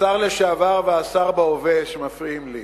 השר לשעבר והשר בהווה שמפריעים לי,